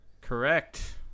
Correct